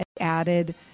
Added